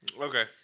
Okay